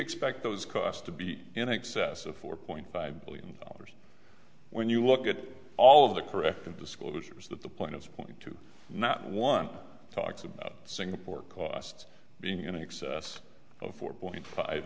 expect those costs to be in excess of four point five billion dollars when you look at all of the corrective disclosures that the plan is point to not one talks about singapore costs being in excess of four point five